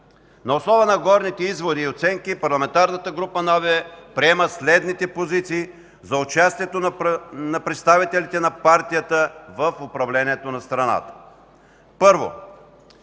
На основа на горните изводи и оценки, Парламентарната група на АБВ приема следните позиции за участието на представителите на партията в управлението на страната. Първо,